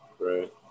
Right